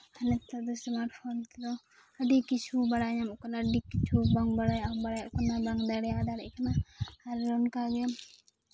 ᱱᱮᱛᱟᱨ ᱫᱚ smart phone ᱛᱮᱫᱚ ᱟᱹᱰᱤ ᱠᱤᱪᱷᱩ ᱵᱟᱲᱟᱭ ᱧᱟᱢᱚᱜ ᱠᱟᱱᱟ ᱟᱹᱰᱤ ᱠᱤᱪᱷᱩ ᱵᱟᱝ ᱵᱟᱲᱟᱭᱟᱜ ᱦᱚᱸ ᱵᱟᱲᱟᱭᱚᱜ ᱠᱟᱱᱟ ᱵᱟᱝ ᱫᱟᱲᱮᱭᱟᱜ ᱦᱚᱸ ᱫᱟᱲᱮᱜ ᱠᱟᱱᱟ ᱟᱨ ᱚᱱᱠᱟᱜᱮ